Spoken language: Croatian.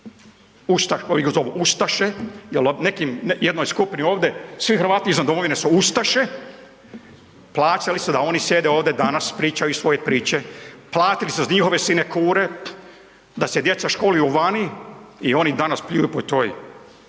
nekim, jednoj skupini ovde svi Hrvati izvan domovine su ustaše, plaćali su da oni sjede ovde danas i pričaju svoje priče, platili su njihove sinekure da se djeca školuju vani i oni danas pljuju po toj